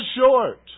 short